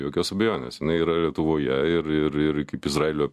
jokios abejonės jinai yra lietuvoje ir ir ir kaip izraelio